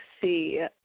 see